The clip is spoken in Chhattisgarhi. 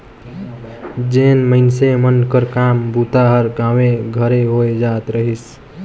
जेन मइनसे मन कर काम बूता हर गाँवे घरे होए जात रहिस